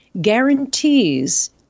guarantees